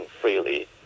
freely